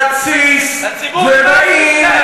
ובאים להתסיס ובאים,